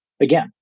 again